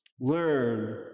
Learn